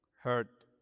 hurt